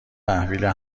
تحویل